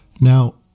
Now